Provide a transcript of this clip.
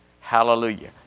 Hallelujah